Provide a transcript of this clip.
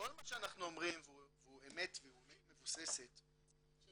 כל מה שאנחנו אומרים והוא אמת והוא אמת מבוססת -- אנחנו